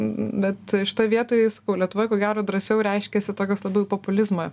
bet šitoj vietoj jis lietuvoje ko gero drąsiau reiškiasi tokios labiau į populizmą